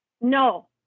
No